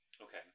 Okay